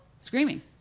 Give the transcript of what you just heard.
Screaming